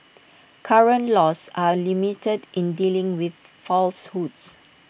current laws are limited in dealing with falsehoods